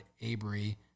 Avery